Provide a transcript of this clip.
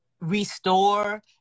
restore